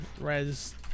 Res